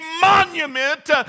monument